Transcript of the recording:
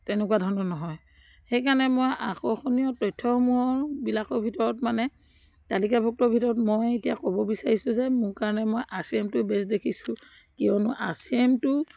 তেনেকুৱা ধৰণৰ নহয় সেইকাৰণে মই আকৰ্ষণীয় তথ্যসমূহৰবিলাকৰ ভিতৰত মানে তালিকাভক্তৰ ভিতৰত মই এতিয়া ক'ব বিচাৰিছোঁ যে মোৰ কাৰণে মই আৰ চি এমটোৱে বেছ দেখিছোঁ কিয়নো আৰ চি এমটো